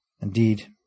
Indeed